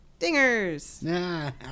Dingers